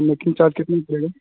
making charge कितना पड़ेगा